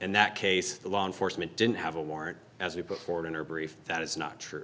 in that case the law enforcement didn't have a warrant as a book foreign or brief that is not true